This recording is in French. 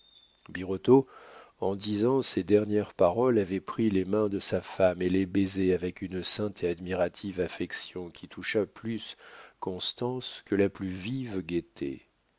birotteau en disant ces dernières paroles avait pris les mains de sa femme et les baisait avec une sainte et admirative affection qui toucha plus constance que la plus vive